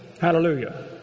Hallelujah